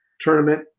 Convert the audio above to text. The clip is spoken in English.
tournament